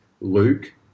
Luke